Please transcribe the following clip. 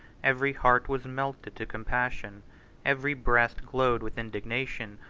every heart was melted to compassion every breast glowed with indignation,